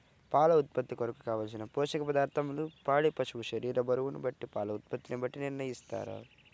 పాల ఉత్పత్తి కొరకు, కావలసిన పోషక పదార్ధములను పాడి పశువు శరీర బరువును బట్టి పాల ఉత్పత్తిని బట్టి నిర్ణయిస్తారా?